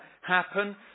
happen